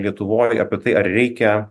lietuvoj apie tai ar reikia